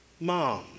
mom